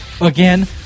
again